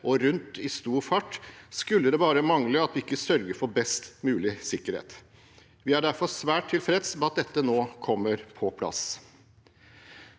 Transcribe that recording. og rundt i stor fart, skulle det bare mangle at vi ikke sørger for best mulig sikkerhet. Vi er derfor svært tilfredse med at dette nå kommer på plass.